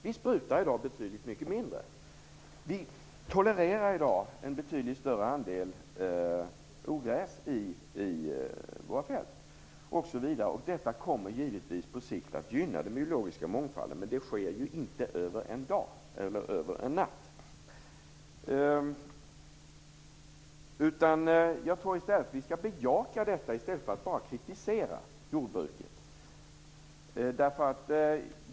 Vi sprutar i dag betydligt mindre. Vi tolererar i dag en betydligt större andel ogräs i våra fält osv. Detta kommer givetvis på sikt att gynna den biologiska mångfalden, men det sker ju inte över en dag eller över en natt. Jag tror att vi skall bejaka detta i stället för att bara kritisera jordbruket.